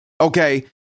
Okay